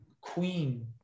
Queen